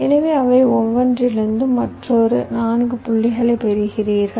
எனவே அவை ஒவ்வொன்றிலிருந்தும் மற்றொரு 4 புள்ளிகளைப் பெறுவீர்கள்